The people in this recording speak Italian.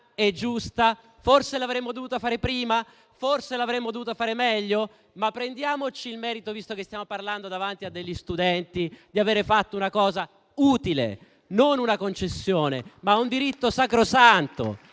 e giusta? Forse avremmo dovuta farla prima, forse l'avremmo dovuto fare meglio? Ma prendiamoci il merito, visto che stiamo parlando davanti a degli studenti, di avere fatto una cosa utile; non è una concessione, ma è un diritto sacrosanto.